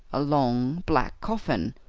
a long black coffin,